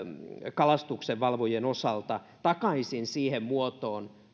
kalastuksenvalvojien osalta takaisin siihen muotoon